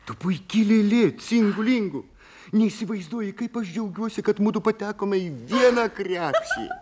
tu puiki lėlė cingu lingu neįsivaizduoji kaip aš džiaugiuosi kad mudu patekome į vieną krepšį